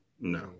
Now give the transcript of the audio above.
No